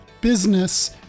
business